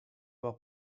avoir